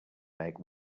make